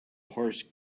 horse